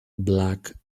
black